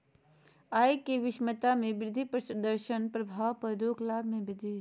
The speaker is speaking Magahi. आय के विषमता में वृद्धि प्रदर्शन प्रभाव पर रोक लाभ में वृद्धि